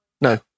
No